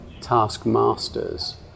taskmasters